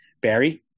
Barry